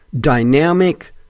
dynamic